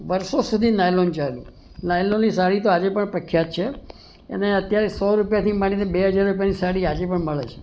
વર્ષો સુધી નાયલૉન ચાલ્યું નાયલૉનની સાડી તો આજે પણ પ્રખ્યાત છે અને અત્યારે સો રૂપિયાથી માંડીને બે હજાર રૂપિયાની સાડી આજે પણ મળે છે